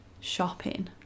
shopping